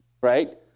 right